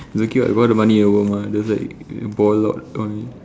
it's okay what you got the money in the world mah just like boil out only